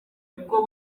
kuko